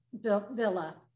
villa